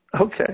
Okay